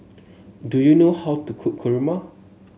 do you know how to cook Kurma